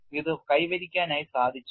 ഇത് കൈവരിക്കാനായി സാധിച്ചു